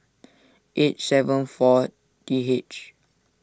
eight seven four T H